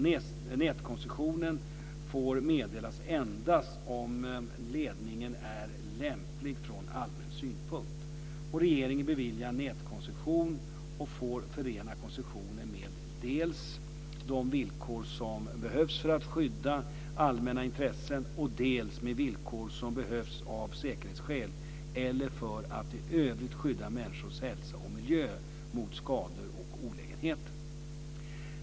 Nätkoncessioner får meddelas endast om ledningen är lämplig från allmän synpunkt. Regeringen beviljar nätkoncession och får förena koncessionen med dels de villkor som behövs för att skydda allmänna intressen, dels de villkor som behövs av säkerhetsskäl eller för att i övrigt skydda människors hälsa och miljön mot skador och olägenheter.